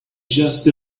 just